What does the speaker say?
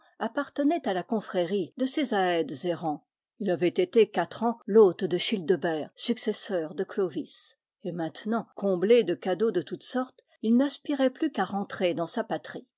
appartenait à la confrérie de ces aèdes errants il avait été quatre ans l'hôte de childebert successeur de clovis et maintenant comblé de cadeaux de toute sorte il n'aspirait plus qu'à rentrer dans sa patrie